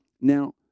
now